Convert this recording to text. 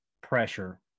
pressure